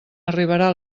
arribarà